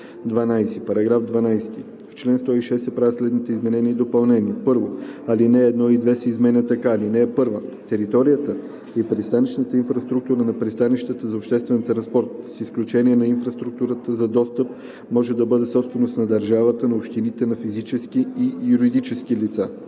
12: „§ 12. В чл. 106 се правят следните изменения и допълнения: 1. Алинеи 1 и 2 се изменят така: „(1) Територията и пристанищната инфраструктура на пристанищата за обществен транспорт, с изключение на инфраструктурата за достъп, може да бъде собственост на държавата, на общините, на физически и юридически лица.